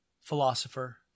philosopher